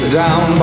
down